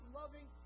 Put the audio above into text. loving